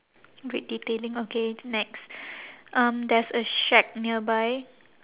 red detailing okay next um there's a shack nearby